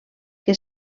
que